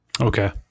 Okay